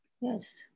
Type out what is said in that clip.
Yes